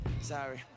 sorry